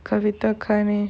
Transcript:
kavita kane